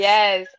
Yes